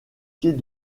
pieds